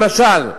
למשל,